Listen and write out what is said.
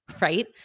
right